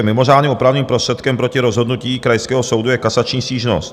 Mimořádným opravným prostředkem proti rozhodnutí krajského soudu je kasační stížnost.